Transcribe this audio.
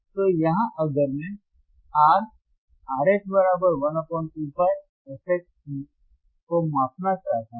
तो यहाँ अगर मैं R RH12πfHC को मापना चाहता हूं